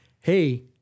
hey